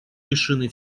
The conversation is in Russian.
лишены